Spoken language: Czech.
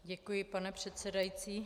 Děkuji, pane předsedající.